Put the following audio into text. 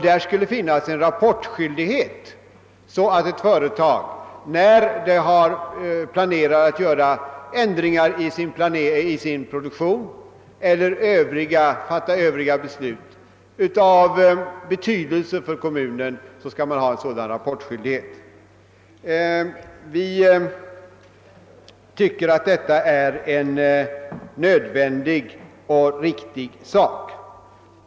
Det skulle föreligga rapportskyldighet i sådana fall då företaget planerar att göra ändringar i sin produktion eller fattar andra beslut av betydelse för kommunen. Vi anser att detta är nödvändigt och riktigt.